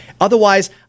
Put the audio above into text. Otherwise